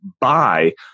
buy